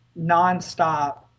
nonstop